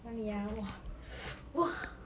哪里啊 !wah! !wah!